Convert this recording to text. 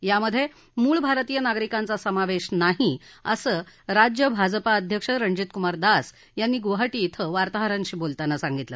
यामधे मूळ भारतीय नागरिकांचा समावेश नाही असं राज्य भाजपा अध्यक्ष रणजीत कुमार दास यांनी गुवाहाटी क्रे वार्ताहरांशी बोलताना सांगितलं